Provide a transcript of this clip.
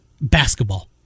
Basketball